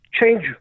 change